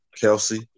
Kelsey